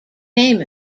name